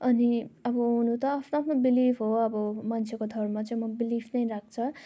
अनि अब हुनु त आफ्नो आफ्नो बिलिभ हो अब मान्छेको थरमा चाहिँ म बिलिभ नै राख्छ